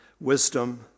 wisdom